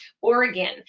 Oregon